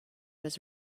was